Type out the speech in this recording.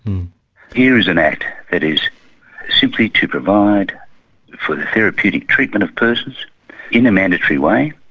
here is an act that is simply to provide for the therapeutic treatment of persons in a mandatory way,